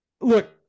look